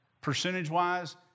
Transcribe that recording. Percentage-wise